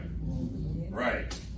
Right